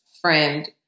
friend